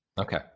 Okay